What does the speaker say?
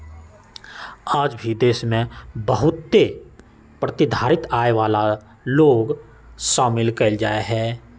आज भी देश में बहुत ए प्रतिधारित आय वाला लोग शामिल कइल जाहई